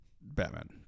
Batman